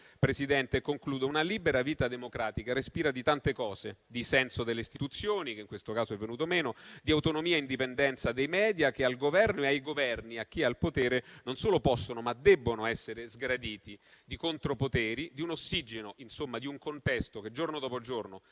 Presidente, una libera vita democratica respira di tante cose, di senso delle istituzioni, che in questo caso è venuto meno, di autonomia e indipendenza dei media che al Governo e ai Governi, a chi è al potere, non solo possono, ma debbono essere sgraditi; i contropoteri di un ossigeno, insomma di un contesto che, giorno dopo giorno,